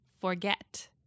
forget